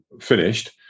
finished